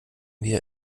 wir